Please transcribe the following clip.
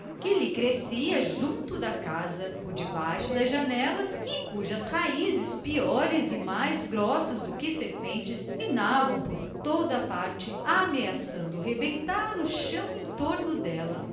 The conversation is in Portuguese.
que lhe crescia junto da casa por debaixo das janelas e cujas raízes piores e mais grossas do que serpentes minavam por toda a parte ameaçando rebentar o chão em torno dela